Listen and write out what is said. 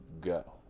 go